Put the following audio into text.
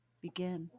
begin